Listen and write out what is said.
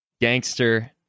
Gangster